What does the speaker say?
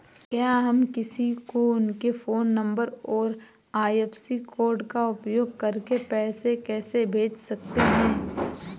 क्या हम किसी को उनके फोन नंबर और आई.एफ.एस.सी कोड का उपयोग करके पैसे कैसे भेज सकते हैं?